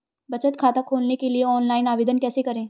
बचत खाता खोलने के लिए ऑनलाइन आवेदन कैसे करें?